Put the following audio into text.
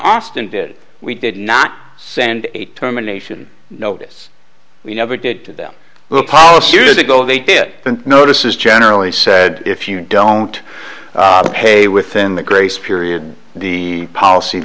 him did we did not send a terminations notice we never did to them the policy years ago they did notice is generally said if you don't pay within the grace period the policy